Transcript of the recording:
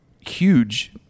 huge